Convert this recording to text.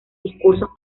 discursos